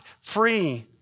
free